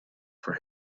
for